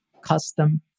custom